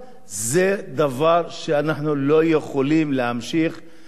להמשיך ולהסתכל עליו מהצד ככנסת ישראל.